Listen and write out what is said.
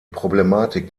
problematik